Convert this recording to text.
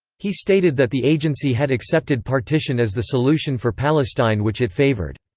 he stated that the agency had accepted partition as the solution for palestine which it favoured.